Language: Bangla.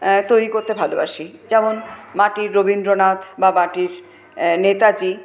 তৈরি করতে ভালোবাসি যেমন মাটির রবীন্দ্রনাথ বা মাটির নেতাজি